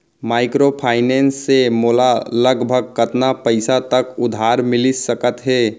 Microfinance से मोला लगभग कतना पइसा तक उधार मिलिस सकत हे?